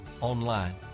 online